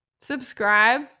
subscribe